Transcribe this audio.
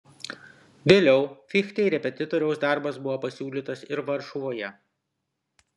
vėliau fichtei repetitoriaus darbas buvo pasiūlytas ir varšuvoje